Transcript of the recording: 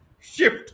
shift